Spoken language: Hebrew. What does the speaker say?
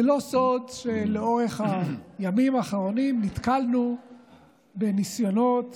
זה לא סוד שלאורך הימים האחרונים נתקלנו בניסיונות